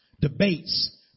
Debates